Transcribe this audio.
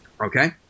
Okay